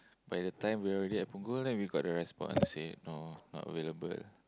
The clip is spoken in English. by the time we're already at Punggol then we got the response say no not available